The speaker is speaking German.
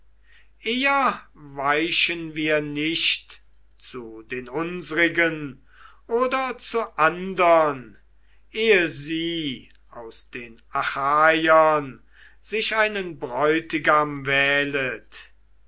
eher weichen wir nicht zu den unsrigen oder zu andern ehe sie aus den achaiern sich einen bräutigam wählet